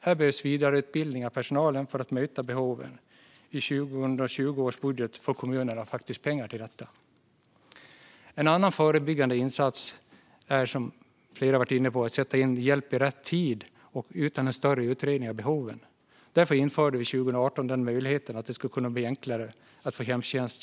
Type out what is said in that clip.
Här behövs vidareutbildning av personalen för att möta behoven. I budgeten för 2020 får kommunerna pengar till detta. En annan förebyggande insats är, som flera har varit inne på, att sätta in hjälp i rätt tid och utan en större utredning av behoven. Därför införde vi 2018 att en förenklad biståndsbedömning ska kunna göra det enklare att få hemtjänst.